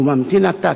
והוא ממתין עתה,